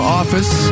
office